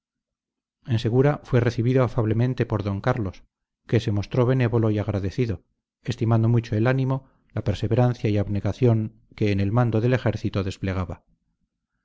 segura fue recibido afablemente por d carlos que se mostró benévolo y agradecido estimando mucho el ánimo la perseverancia y abnegación que en el mando del ejército desplegaba